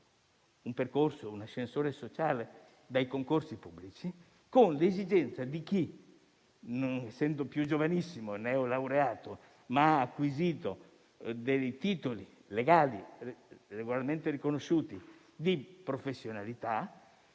un percorso e un ascensore sociale dai concorsi pubblici con quella di chi, non essendo più giovanissimo o neolaureato, ha però acquisito titoli legali, legalmente riconosciuti, di professionalità,